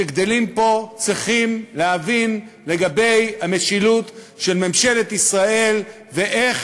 שגדלים פה צריכים להבין לגבי המשילות של ממשלת ישראל ואיך